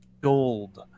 gold